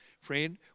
friend